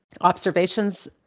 Observations